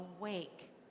awake